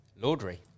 laundry